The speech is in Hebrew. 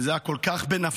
ההצעה הזאת הייתה כל כך בנפשם,